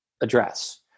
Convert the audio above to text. address